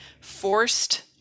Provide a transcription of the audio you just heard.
forced